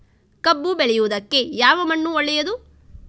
ಕಬ್ಬು ಬೆಳೆಯುವುದಕ್ಕೆ ಯಾವ ಮಣ್ಣು ಒಳ್ಳೆಯದು?